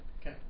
Okay